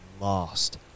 lost